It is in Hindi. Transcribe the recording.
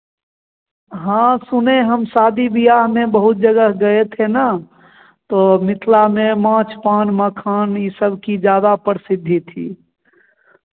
हाँ सुने हम शादी बियाह में बहुत जगह गए थे न तो मिथला में माछ पान मखान यह सब की ज़्यादा प्रसिद्धी थी